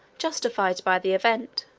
justified by the event.